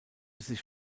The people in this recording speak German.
sich